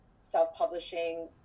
self-publishing